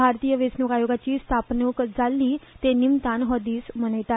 भारतीय वेंचणूक आयोगाची स्थापणूक जाल्ली ते निमतान हो दीस मनयतात